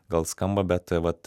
gal skamba bet vat